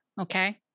okay